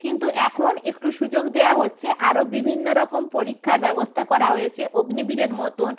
কিন্তু এখন একটু সুযোগ দেওয়া হচ্ছে আরও বিভিন্ন রকম পরীক্ষার ব্যবস্থা করা হয়েছে অগ্নিবীরের মতন